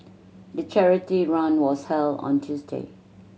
the charity run was held on Tuesday